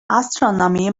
astronomy